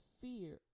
fear